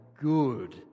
Good